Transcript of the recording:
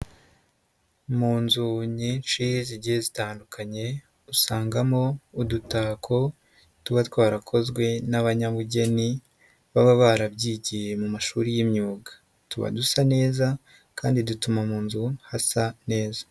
Mu nzu nyinshi zigiye zitandukanye, usangamo udutako tuba twarakozwe n'abanyabugeni baba barabyigiye mu mashuri y'imyuga, tuba dusa neza kandi dutuma mu nzu hasa neza.